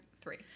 three